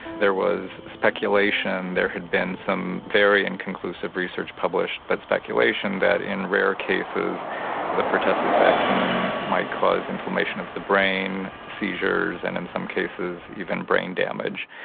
there was speculation, there had been some very inconclusive research published, but speculation that in rare cases the pertussis vaccine might cause inflammation of the brain, seizures and in some cases even brain damage.